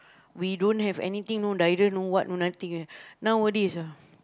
we don't have anything no no diarrhea no what no nothing ah nowadays ah